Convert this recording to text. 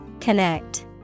Connect